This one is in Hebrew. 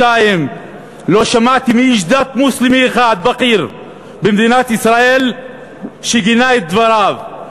2. לא שמעתי איש דת מוסלמי בכיר אחד במדינת ישראל שגינה את דבריו.